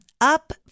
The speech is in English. up